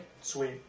sweet